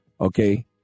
okay